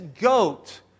goat